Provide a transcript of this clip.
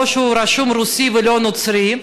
שהוא רשום רוסי ולא נוצרי.